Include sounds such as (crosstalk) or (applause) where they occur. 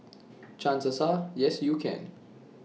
(noise) chances are yes you can